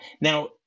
now